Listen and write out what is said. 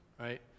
right